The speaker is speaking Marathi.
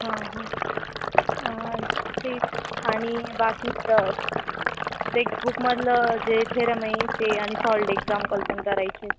हां हां तेच आणि बाकी ट टेक्सटबुकमधलं जे थेरम आहे ते आणि सॉल्ड एक्झाम्पल पण करायचे